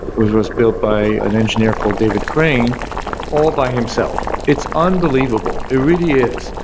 was was built by an engineer called david crane all by himself. it's unbelievable. it really is.